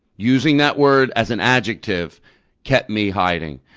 using that word as an adjective kept me hiding.